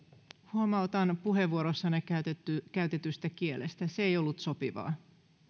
huomautan puheenvuorossanne käytetystä kielestä se ei ollut sopivaa